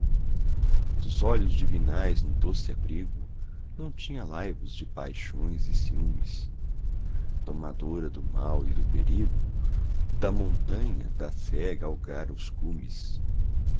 dos olhos divinais no doce abrigo não tinha laivos de paixões e ciúmes domadora do mal e do perigo da montanha da fe galgara os cumes